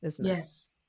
yes